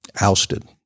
ousted